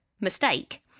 mistake